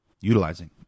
utilizing